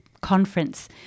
conference